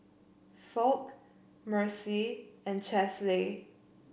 Foch Mercy and Chesley